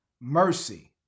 mercy